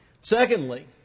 Secondly